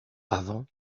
avant